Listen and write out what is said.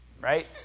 Right